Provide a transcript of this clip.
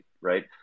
right